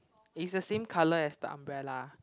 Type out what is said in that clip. is the same colour as the umbrella